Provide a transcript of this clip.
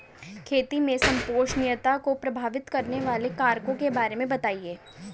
खेती में संपोषणीयता को प्रभावित करने वाले कारकों के बारे में बताइये